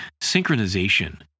synchronization